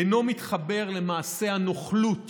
אינו מתחבר למעשה הנוכלות